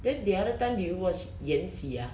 then the other time did you watch 延禧 ah